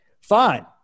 fine